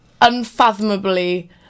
unfathomably